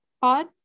Pod